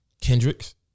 Kendrick's